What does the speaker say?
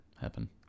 happen